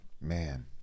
Man